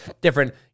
different